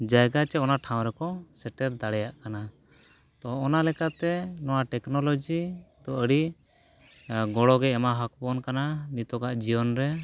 ᱡᱟᱭᱜᱟ ᱥᱮ ᱟᱱᱟ ᱴᱷᱟᱶ ᱨᱮᱠᱚ ᱥᱮᱴᱮᱨ ᱫᱟᱲᱮᱭᱟᱜ ᱠᱟᱱᱟ ᱛᱚ ᱚᱱᱟ ᱞᱮᱠᱟᱛᱮ ᱱᱚᱣᱟ ᱴᱮᱠᱱᱳᱞᱚᱡᱤ ᱫᱚ ᱟᱹᱰᱤ ᱜᱚᱲᱚᱜᱮᱭ ᱮᱢᱟᱵᱚᱱ ᱠᱟᱱᱟᱭ ᱱᱤᱛᱚᱜᱟᱜ ᱡᱤᱭᱚᱱ ᱨᱮ